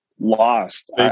lost